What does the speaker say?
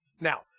Now